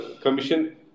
Commission